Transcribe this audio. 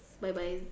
Bye-bye